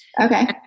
Okay